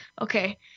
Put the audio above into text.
Okay